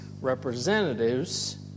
representatives